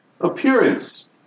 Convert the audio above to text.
Appearance